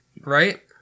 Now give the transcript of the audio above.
right